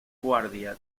guardia